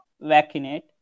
vaccinate